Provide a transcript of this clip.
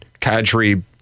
Kadri